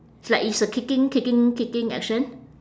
it's like it's a kicking kicking kicking action